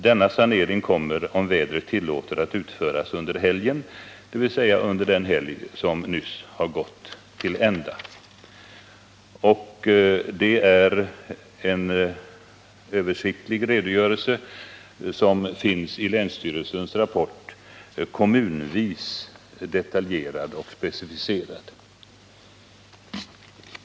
Denna sanering kommer, om vädret tillåter, att utföras under helgen — dvs. under den helg som nyss har gått till ända.” Detta är en översiktlig redogörelse som finns i länsstyrelsens rapport, kommunvis detaljerad och specificerad.